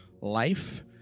life